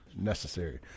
necessary